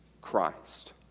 Christ